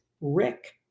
rick